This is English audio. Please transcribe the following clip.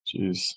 Jeez